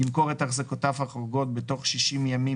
ימכור את החזקותיו החורגות בתוך 60 ימים